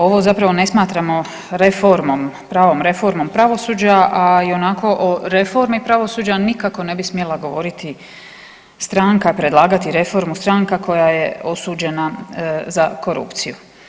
Ovo zapravo ne smatramo reformom, pravom reformom pravosuđa, a ionako o reformi pravosuđa nikako ne bi smjela govoriti stranka, predlagati reformu, stranka koja je osuđena za korupciju.